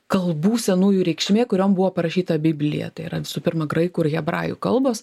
kalbų senųjų reikšmė kuriom buvo parašyta biblija tai yra visų pirma graikų ir hebrajų kalbos